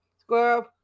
Squirrel